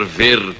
ver